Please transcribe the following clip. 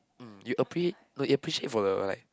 hmm you appre~ you appreciate for the like